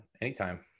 anytime